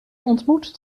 ontmoet